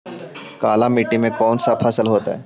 काला मिट्टी में कौन से फसल होतै?